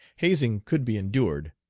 hazing could be endured,